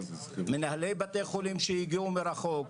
מנהלי בתי חולים שהגיעו מרחוק,